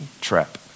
trap